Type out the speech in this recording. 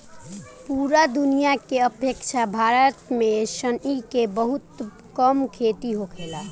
पूरा दुनिया के अपेक्षा भारत में सनई के बहुत कम खेती होखेला